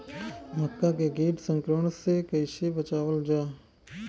मक्का के कीट संक्रमण से कइसे बचावल जा?